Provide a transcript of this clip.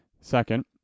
second